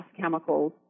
chemicals